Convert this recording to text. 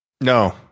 No